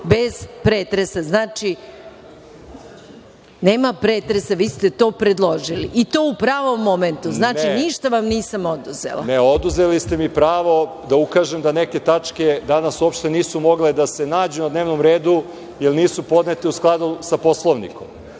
bez pretresa, znači, nema pretresa, vi ste to predložili i to u pravom momentu. Znači, ništa vam nisam oduzela. **Marko Đurišić** Ne, oduzeli ste mi pravo da ukažem da neke tačke danas uopšte nisu mogle da se nađu na dnevnom redu jer nisu podnete u skladu sa Poslovnikom.